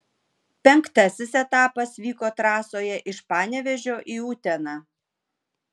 penktasis etapas vyko trasoje iš panevėžio į uteną